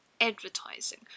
advertising